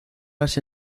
las